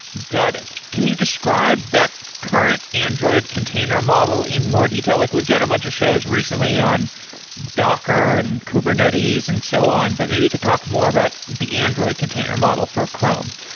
got it. can you describe that current android container model in more detail? like we've done a bunch of shows recently on docker and kubernetes and so on, but maybe you could talk more about the android container model for chrome?